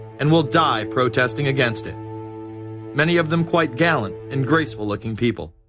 and will die protesting against it many of them quite gallant and graceful looking people.